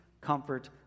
comfort